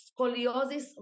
Scoliosis